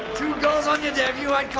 goals on your debut! i'd call